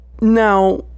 Now